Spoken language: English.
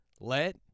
Let